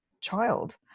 child